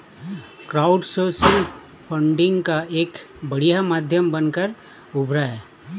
crowdsourcing funding का एक बढ़िया माध्यम बनकर उभरा है